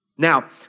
Now